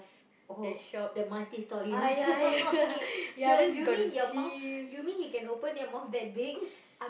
oh the multi-storey one okay your you mean your mouth you mean you can open your mouth that big